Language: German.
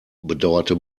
bedauerte